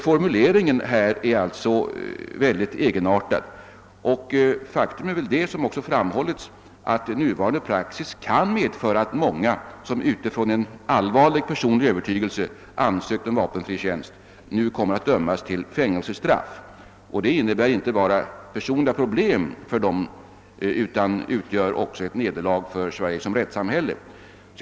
Formuleringen är här alltså mycket egenartad. Faktum är, vilket också framhållits, att nuvarande praxis kan medföra att många som utifrån allvarlig personlig övertygelse ansökt om vapenfri tjänst nu kommer att dömas till fängelsestraff. Det innebär inte bara personliga problem för dem utan det utgör också ett nederlag för Sverige som rättssamhälle.